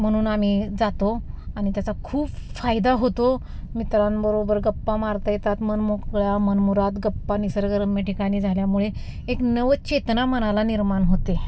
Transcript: म्हणून आम्ही जातो आणि त्याचा खूप फायदा होतो मित्रांबरोबर गप्पा मारता येतात मनमोकळा मनमुराद गप्पा निसर्गरम्य ठिकाणी झाल्यामुळे एक नव चेतना मनाला निर्माण होते